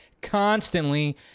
constantly